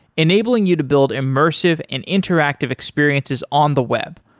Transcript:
enabling you to build immersive and interactive experiences on the web,